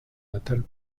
natal